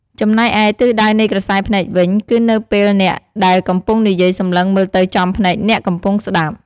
ចំណែកឯ ទិសដៅនៃក្រសែភ្នែកវិញ គឺនៅពេលអ្នកដែលកំពុងនិយាយសម្លឹងមើលទៅចំភ្នែកអ្នកកំពុងស្តាប់។